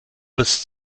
bis